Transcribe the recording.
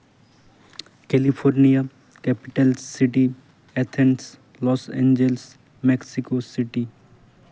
California capital city Athens Los Angeles Mexico city